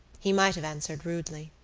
he might have answered rudely.